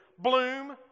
bloom